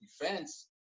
defense